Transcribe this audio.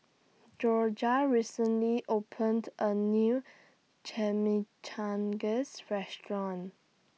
Jorja recently opened A New Chimichangas Restaurant